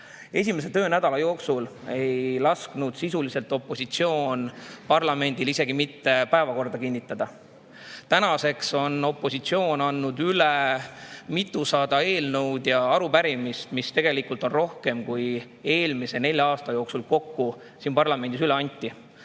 Esimese töönädala jooksul ei lasknud opositsioon parlamendil sisuliselt isegi mitte päevakorda kinnitada. Tänaseks on opositsioon andnud üle mitusada eelnõu ja arupärimist, mida on tegelikult rohkem, kui eelmise nelja aasta jooksul kokku siin parlamendis üle anti.